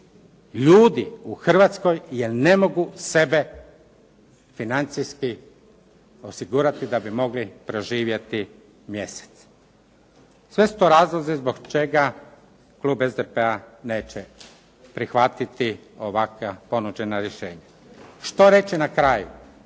ljudi u Hrvatskoj jer ne mogu sebe financijski osigurati da bi mogli preživjeti mjesec. Sve su to razlozi zbog čega klub SDP-a neće prihvatiti ovakva ponuđena rješenja. Što reći na kraju?